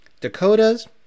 Dakotas